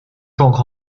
状况